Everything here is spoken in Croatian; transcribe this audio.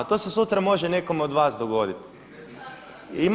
To se sutra može nekome od vas dogoditi.